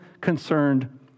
concerned